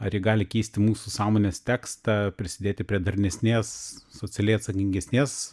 ar ji gali keisti mūsų sąmonės tekstą prisidėti prie darnesnės socialiai atsakingesnės